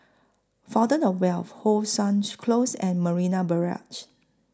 Fountain of Wealth How Sun Close and Marina Barrage